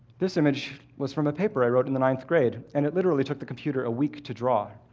this image was from a paper i wrote in the ninth grade, and it literally took the computer a week to draw.